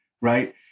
right